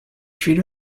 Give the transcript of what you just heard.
treat